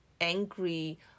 angry